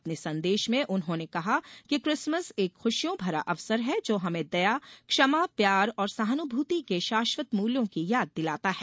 अपने संदेश में उन्होंने कहा कि क्रिसमस एक खुशियों भरा अवसर है जो हमें दया क्षमा प्यार और सहानुभूति के शाश्वत मूल्यों की याद दिलाता है